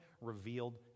revealed